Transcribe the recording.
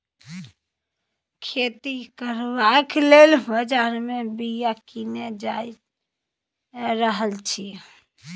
खेती करबाक लेल बजार मे बीया कीने जा रहल छी